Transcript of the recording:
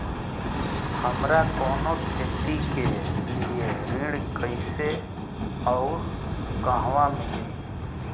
हमरा कवनो खेती के लिये ऋण कइसे अउर कहवा मिली?